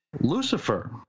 Lucifer